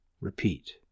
Repeat